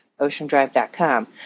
OceanDrive.com